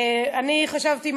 אבל אני אגיד לך על מה פעם אני